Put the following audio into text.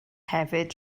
hefyd